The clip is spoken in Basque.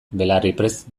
belarriprest